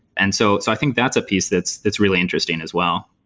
and so it's i think that's a piece that's that's really interesting as well.